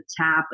tap